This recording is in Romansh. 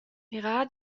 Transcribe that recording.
mirar